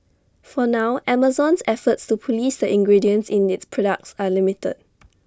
for now Amazon's efforts to Police the ingredients in its products are limited